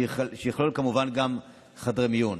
שיכללו כמובן גם חדרי מיון.